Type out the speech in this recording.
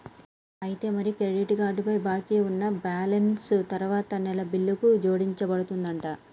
అయితే మరి credit card పై బాకీ ఉన్న బ్యాలెన్స్ తరువాత నెల బిల్లుకు జోడించబడుతుందంట